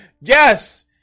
yes